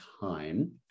time